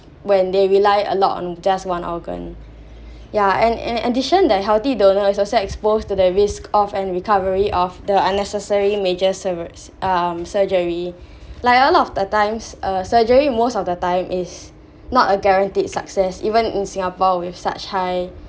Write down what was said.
when they rely a lot on just one organ yeah and in addition that healthy donor is also exposed to the risk of and recovery of the unnecessary major sur~ um surgery like all of the times a surgery most of the time is not a guaranteed success even in singapore with such high